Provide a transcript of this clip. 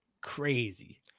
crazy